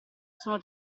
sono